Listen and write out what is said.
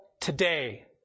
Today